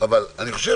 צריך לעשות